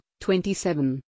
27